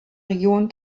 region